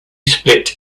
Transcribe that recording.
split